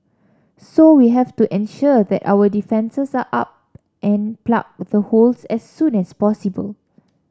so we have to ensure that our defences are up and plug the holes as soon as possible